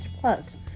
Plus